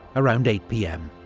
around eight pm.